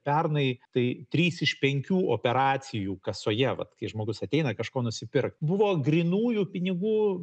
pernai tai trys iš penkių operacijų kasoje vat kai žmogus ateina kažko nusipirkt buvo grynųjų pinigų